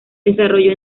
desarrolló